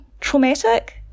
traumatic